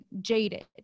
jaded